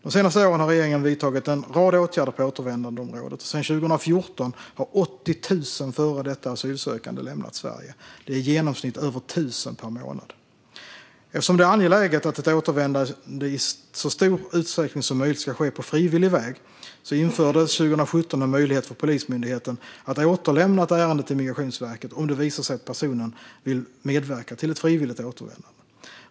De senaste åren har regeringen vidtagit en rad åtgärder på återvändandeområdet, och sedan 2014 har 80 000 före detta asylsökande lämnat Sverige. Det är i genomsnitt över 1 000 per månad. Eftersom det är angeläget att ett återvändande i så stor utsträckning som möjligt ska ske på frivillig väg infördes 2017 en möjlighet för Polismyndigheten att återlämna ett ärende till Migrationsverket om det visar sig att personen vill medverka till ett frivilligt återvändande.